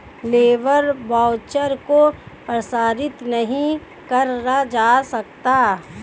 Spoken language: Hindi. लेबर वाउचर को प्रसारित नहीं करा जा सकता